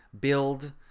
build